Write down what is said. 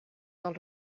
del